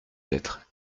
d’être